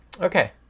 Okay